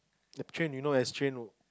the train you know as train